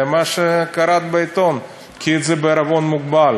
מה שקראת בעיתון, קחי את זה בעירבון מוגבל.